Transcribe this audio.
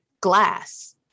Glass